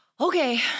Okay